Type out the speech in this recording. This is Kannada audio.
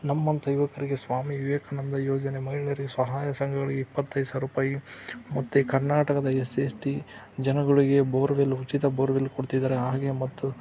ನಮ್ಮಂಥ ಯುವಕರಿಗೆ ಸ್ವಾಮಿ ವಿವೇಕಾನಂದ ಯೋಜನೆ ಮಹಿಳೆಯರಿಗೆ ಸ್ವಸಹಾಯ ಸಂಘಗಳಿಗೆ ಇಪ್ಪತ್ತೈದು ಸಾವಿರ ರೂಪಾಯಿ ಮತ್ತು ಕರ್ನಾಟಕದ ಎಸ್ ಸಿ ಎಸ್ ಟಿ ಜನಗಳಿಗೆ ಬೋರ್ವೆಲ್ ಉಚಿತ ಬೋರ್ವೆಲ್ ಕೊಡ್ತಿದ್ದಾರೆ ಹಾಗೇ ಮತ್ತು